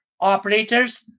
operators